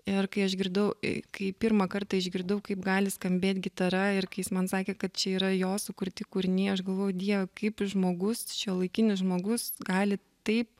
ir kai išgirdau kai pirmą kartą išgirdau kaip gali skambėt gitara ir kai jis man sakė kad čia yra jo sukurti kūriniai aš galvoju dieve kaip žmogus šiuolaikinis žmogus gali taip